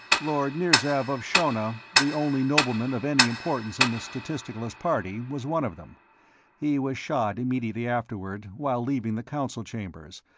lord nirzav of shonna, the only nobleman of any importance in the statisticalist party, was one of them he was shot immediately afterward, while leaving the council chambers,